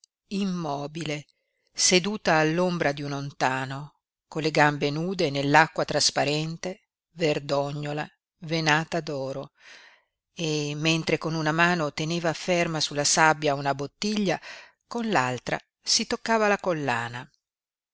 immobile seduta all'ombra di un ontano con le gambe nude nell'acqua trasparente verdognola venata d'oro e mentre con una mano teneva ferma sulla sabbia una bottiglia con l'altra si toccava la collana